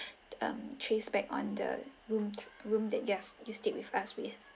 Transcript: um trace back on the room room that yes you stayed with us with